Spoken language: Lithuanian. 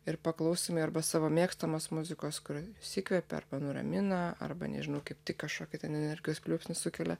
ir paklausymui arba savo mėgstamos muzikos kur išsikvepia arba nuramina arba nežinau kaip tik kažkokį ten energijos pliūpsnį sukelia